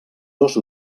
dos